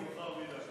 מוותר.